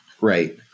Right